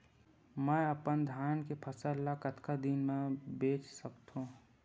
मैं अपन धान के फसल ल कतका दिन म बेच सकथो?